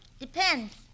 Depends